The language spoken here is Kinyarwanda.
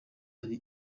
ari